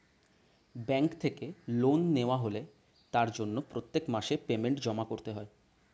bank থেকে loan নেওয়া হলে তার জন্য প্রত্যেক মাসে পেমেন্ট জমা করতে হয়